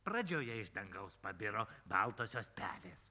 pradžioje iš dangaus pabiro baltosios pelės